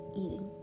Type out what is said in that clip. eating